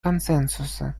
консенсуса